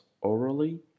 orally